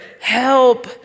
help